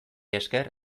esker